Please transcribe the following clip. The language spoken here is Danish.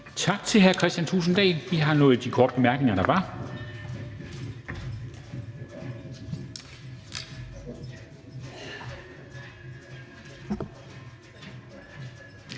Tak til hr. Kristian Thulesen Dahl. Vi har nu nået de korte bemærkninger, der var.